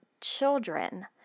children